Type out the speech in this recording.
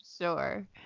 Sure